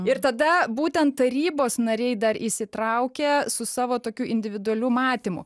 ir tada būtent tarybos nariai dar įsitraukia su savo tokiu individualiu matymu